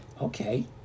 Okay